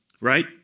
right